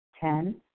Ten